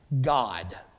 God